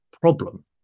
problem